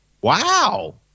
Wow